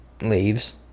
leaves